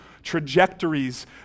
trajectories